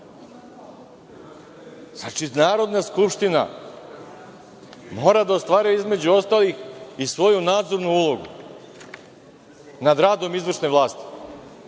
Narodna skupština mora da ostvaruje između ostalog i svoju nadzornu ulogu nad radom izvršne vlasti.